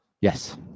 Yes